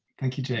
thank you, jade,